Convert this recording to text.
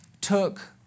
took